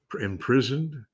imprisoned